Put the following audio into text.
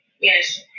Yes